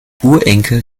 urenkel